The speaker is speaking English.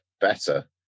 better